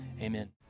amen